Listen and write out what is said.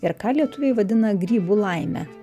ir ką lietuviai vadina grybų laime